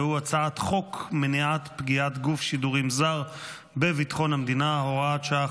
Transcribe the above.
והוא הצעת חוק מניעת פגיעת גוף שידורים זר בביטחון המדינה (הוראת שעה,